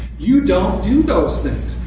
you don't do those things.